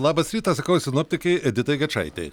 labas rytas sakau sinoptikei editai gečaitei